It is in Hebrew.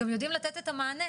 גם יודעים לתת את המענה,